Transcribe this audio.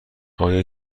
آیا